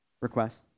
requests